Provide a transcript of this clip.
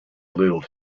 little